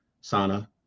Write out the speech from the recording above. Sana